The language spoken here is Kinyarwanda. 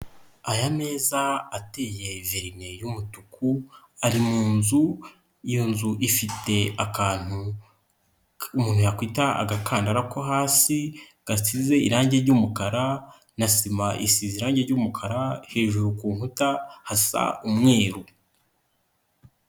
Aya meza ateye verinerine y'umutuku ari mu nzu' nzu ifite akantu umuntu yakwita agakandara ko hasi gasize irangi ry'umukara, na sima isize irangi ry'umukara hejuru ku nkuta hasa umweru.